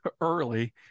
early